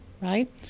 right